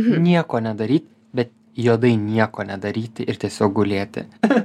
nieko nedaryt bet juodai nieko nedaryti ir tiesiog gulėti